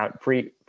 free